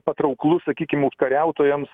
patrauklu sakykim užkariautojams